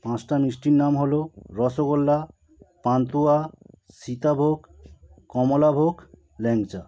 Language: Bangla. পাঁচটা মিষ্টির নাম হলো রসগোল্লা পান্তুয়া সীতাভোগ কমলাভোগ ল্যাংচা